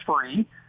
free